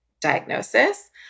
diagnosis